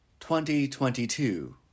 2022